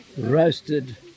Roasted